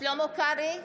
שלמה קרעי,